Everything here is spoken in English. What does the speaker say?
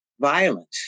violence